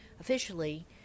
officially